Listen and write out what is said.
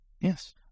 Yes